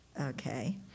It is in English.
okay